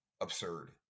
absurd